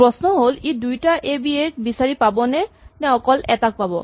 প্ৰশ্ন হ'ল ই দুইটা এবিএ কে বিচাৰি পাব নে অকল এটাক পাব